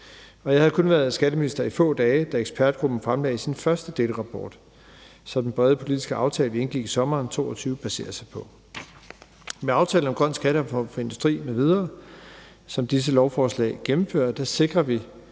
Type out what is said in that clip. Jeg havde kun været skatteminister i få dage, da ekspertgruppen fremlagde sin første delrapport, som den brede politiske aftale, vi indgik i sommeren 2022, baserer sig på. Med aftalen om grøn skattereform for industrien m.v., som disse lovforslag gennemfører, sikrer vi